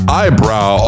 eyebrow